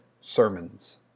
sermons